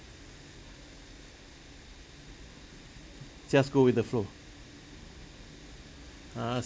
just go with the flow ah